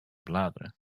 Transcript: bladeren